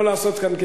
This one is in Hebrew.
לא לעשות כאן,